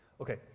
Okay